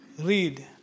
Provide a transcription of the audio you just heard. read